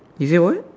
he said what